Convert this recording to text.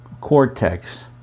cortex